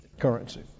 currency